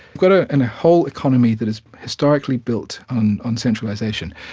got ah and a whole economy that is historically built on on centralisation.